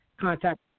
contact